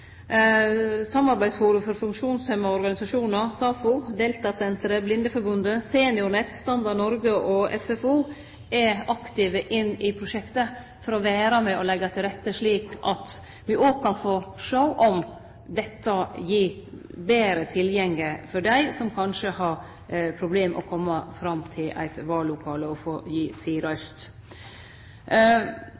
Organisasjonar – SAFO – Deltasenteret, Blindeforbundet, Seniornett, Standard Norge og FFO er aktive i prosjektet for å vere med på å leggje til rette slik at me òg kan få sjå om dette gir betre tilgjenge for dei som kanskje har problem med å kome fram til eit vallokale og få gitt si